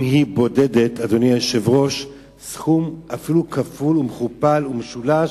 אם היא בודדת, אפילו סכום כפול, מכופל ומשולש,